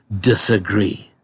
disagree